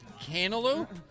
cantaloupe